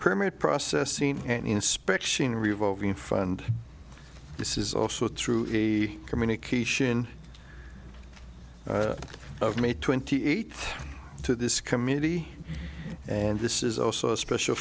permit process seen an inspection revolving fund this is also through a communication of may twenty eighth to this committee and this is also a special